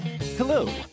Hello